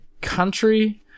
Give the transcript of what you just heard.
country